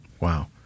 Wow